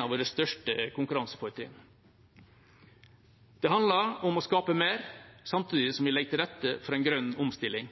av våre største konkurransefortrinn. Det handler om å skape mer samtidig som vi legger til rette for en grønn omstilling.